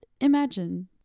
Imagine